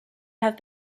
have